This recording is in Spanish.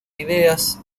ideas